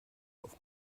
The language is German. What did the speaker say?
auf